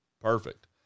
Perfect